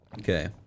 Okay